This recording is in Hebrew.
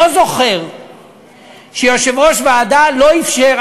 לא זוכר שיושב-ראש ועדה לא אִפשר,